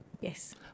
Yes